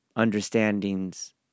understandings